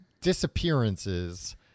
disappearances